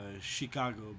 chicago